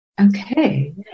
Okay